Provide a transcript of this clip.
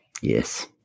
Yes